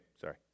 sorry